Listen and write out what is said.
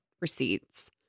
receipts